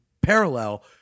parallel